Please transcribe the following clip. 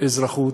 אזרחות